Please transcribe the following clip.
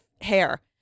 hair